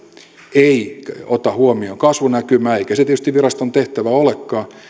ei ota huomioon kasvunäkymää eikä se tietysti viraston tehtävä olekaan